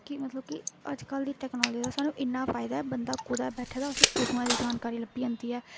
कि मतलब कि अज्जकल दी टेक्नालाजी दा सानूं इन्ना फायदा ऐ बंदा कुतै बैठे दा उसी कु'त्थुआं दी जानकारी लब्भी जंदी ऐ